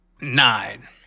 Nine